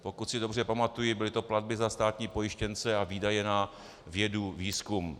Pokud si dobře pamatuji, byly to platby za státní pojištěnce a výdaje na vědu, výzkum.